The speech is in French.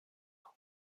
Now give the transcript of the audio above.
ans